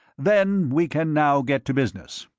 then we can now get to business.